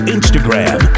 Instagram